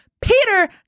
Peter